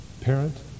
parent